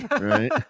right